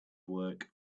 work